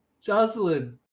Jocelyn